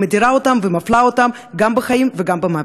ומדירה אותם ומפלה אותם גם בחיים וגם במוות.